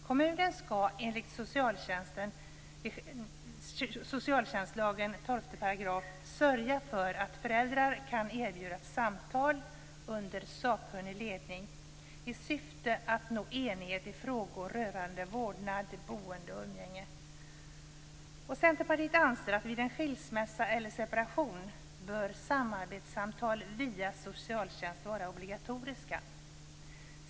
Kommunen skall enligt socialtjänstlagens 12 § sörja för att föräldrar kan erbjudas samtal under sakkunnig ledning i syfte att nå enighet i frågor rörande vårdnad, boende och umgänge. Centerpartiet anser att samarbetssamtal via socialtjänsten bör vara obligatoriska vid en skilsmässa eller separation.